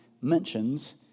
mentions